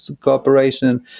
cooperation